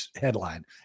headline